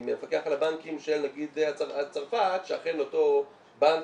עם המפקח על הבנקים של נגיד צרפת שאכן אותו בנק